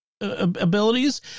abilities